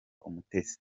umutesi